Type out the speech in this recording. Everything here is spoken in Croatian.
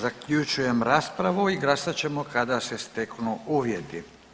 Zaključujem raspravu i glasat ćemo kada se steknu uvjeti.